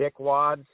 dickwads